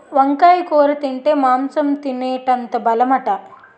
వంకాయ కూర తింటే మాంసం తినేటంత బలమట